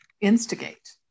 instigate